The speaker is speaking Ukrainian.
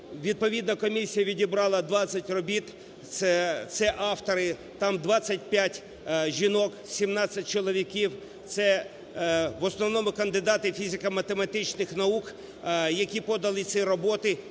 Відповідно комісія відібрала 20 робіт - це автори, там 25 жінок, 17 чоловіків. Це в основному кандидати фізико-математичних наук, які подали ці роботи.